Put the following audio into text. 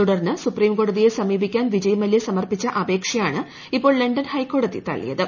തുടർന്ന് സുപ്രീംകോടതിയെ സമീപിക്കാൻ വിജയ് മല്യ സമർപ്പിച്ച അപേക്ഷയാണ് ഇപ്പോൾ ലണ്ടൻ ഹൈക്കോടതി തള്ളിയത്